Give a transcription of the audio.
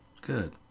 Good